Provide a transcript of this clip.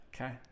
Okay